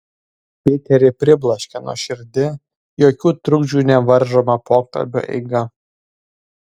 piterį pribloškė nuoširdi jokių trukdžių nevaržoma pokalbio eiga